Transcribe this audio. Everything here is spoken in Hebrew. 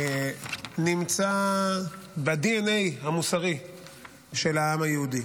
נמצא בדנ"א המוסרי של העם היהודי.